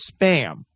spam